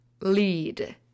lead